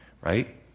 right